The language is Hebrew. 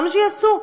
למה שיעשו?